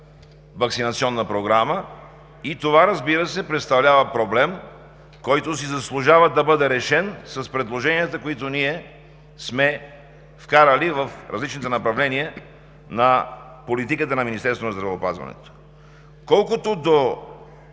ваксинационна програма. Това, разбира се, представлява проблем, който си заслужава да бъде решен с предложенията, които ние сме вкарали в различните направления на политиката на Министерството на здравеопазването. Колкото до